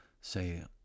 say